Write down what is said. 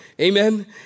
Amen